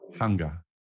hunger